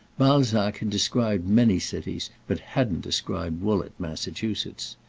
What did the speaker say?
balzac had described many cities, but hadn't described woollett massachusetts.